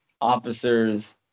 officers